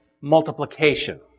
multiplication